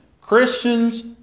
Christians